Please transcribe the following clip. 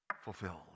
fulfilled